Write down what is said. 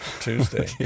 Tuesday